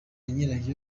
nyira